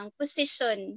position